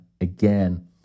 again